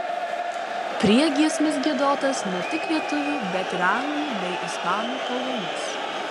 priegiesmis giedotas ne tik lietuvių bet ir anglų bei ispanų kalbomis